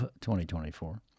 2024